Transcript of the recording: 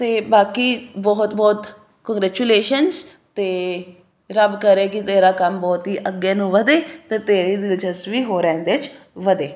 ਤੇ ਬਾਕੀ ਬਹੁਤ ਬਹੁਤ ਕੋਂਗਰੈਕਚੁਲੇਸ਼ਨ ਤੇ ਰੱਬ ਕਰੇ ਕਿ ਤੇਰਾ ਕੰਮ ਬਹੁਤ ਹੀ ਅੱਗੇ ਨੂੰ ਵਧੇ ਤੇ ਤੇਰੀ ਦਿਲਚਸਪੀ ਹੋਰ ਇਹਦੇ ਚ ਵਧੇ